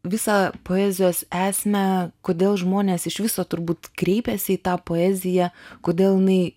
visą poezijos esmę kodėl žmonės iš viso turbūt kreipiasi į tą poeziją kodėl jinai